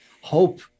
hope